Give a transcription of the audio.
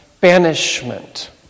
Banishment